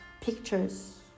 pictures